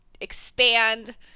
expand